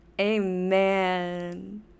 Amen